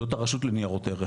זאת הרשות לניירות ערך.